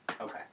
Okay